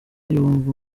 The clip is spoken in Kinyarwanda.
yumva